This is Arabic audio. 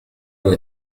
على